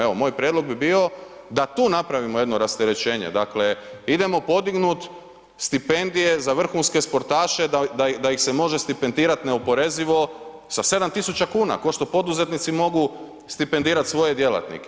Evo moj prijedlog bi bio da tu napravimo jedno rasterećenje, dakle idemo podignuti stipendije za vrhunske sportaše da ih se može stipendirati neoporezivo sa 7.000 kuna ko što poduzetnici mogu stipendirati svoje djelatnike.